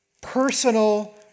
personal